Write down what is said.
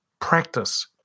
practice